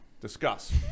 discuss